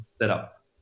setup